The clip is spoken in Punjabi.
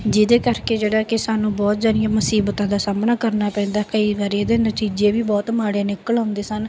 ਜਿਹਦੇ ਕਰਕੇ ਜਿਹੜਾ ਕਿ ਸਾਨੂੰ ਬਹੁਤ ਸਾਰੀਆਂ ਮੁਸੀਬਤਾਂ ਦਾ ਸਾਹਮਣਾ ਕਰਨਾ ਪੈਂਦਾ ਕਈ ਵਾਰੀ ਇਹਦੇ ਨਤੀਜੇ ਵੀ ਬਹੁਤ ਮਾੜੇ ਨਿਕਲ ਆਉਂਦੇ ਸਨ